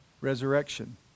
resurrection